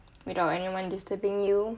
without anyone disturbing you